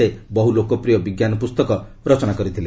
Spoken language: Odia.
ସେ ବହୁ ଲୋକପ୍ରିୟ ବିଜ୍ଞାନ ପୁସ୍ତକ ରଚନା କରିଥିଲେ